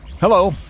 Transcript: Hello